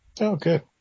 Okay